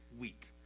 week